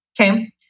Okay